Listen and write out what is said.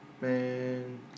Man